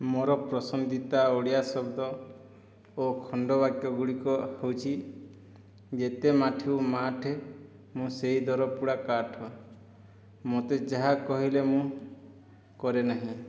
ମୋର ପସନ୍ଦିତ ଓଡ଼ିଆ ଶବ୍ଦ ଓ ଖଣ୍ଡ ବାକ୍ୟ ଗୁଡ଼ିକ ହେଉଛି ଯେତେ ମାଠିବୁ ମାଠ ମୁଁ ସେଇ ଦରପୋଡ଼ା କାଠ ମୋତେ ଯାହା କହିଲେ ମୁଁ କରେନାହିଁ